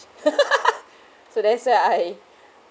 so that's why I